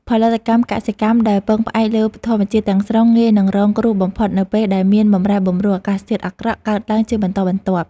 ផលិតកម្មកសិកម្មដែលពឹងផ្អែកលើធម្មជាតិទាំងស្រុងងាយនឹងរងគ្រោះបំផុតនៅពេលដែលមានបម្រែបម្រួលអាកាសធាតុអាក្រក់ កើតឡើងជាបន្តបន្ទាប់។